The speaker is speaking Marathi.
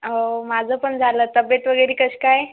हो माझं पण झालं तब्येत वगैरे कशी काय